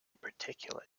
particular